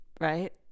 Right